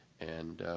and